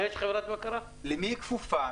למי היא כפופה?